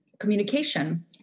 Communication